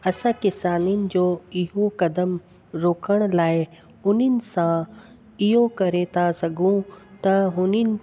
असां किसाननि जो इहो कदम रोकण लाइ उन्हनि सां इहो करे था सघूं त हुननि